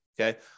Okay